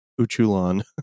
Uchulon